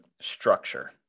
structure